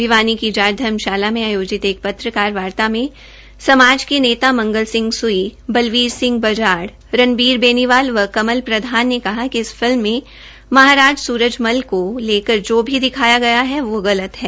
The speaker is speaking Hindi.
भिवानी की जाट धर्मशाला मे आयोजित एक पत्रकारवार्ता में समाज के नेता मंगल सिंह सुई बलबीर सिंह बज़ाड़ रणबीर बेनिवाल व कमल प्रधान ने कहा कि इस फिल्म में महाराज सूरजमल को लेकर जो भी दिखाया गया है वो गलत है